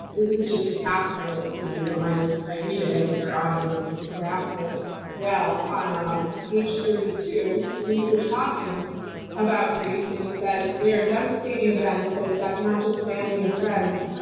this is just a passage, i hope you know you don't mind if i read it, i think our audience will grasp it well, on um page thirty two where you were talking about grief and you said, there are devastating events that affect not just family and friends,